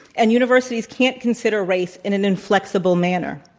and universities can't consider race in an inflexible manner.